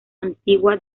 antigua